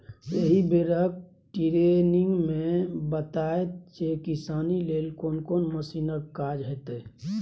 एहि बेरक टिरेनिंग मे बताएत जे किसानी लेल कोन कोन मशीनक काज हेतै